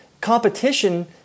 competition